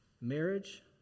Marriage